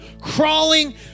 crawling